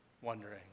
wondering